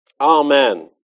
Amen